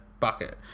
bucket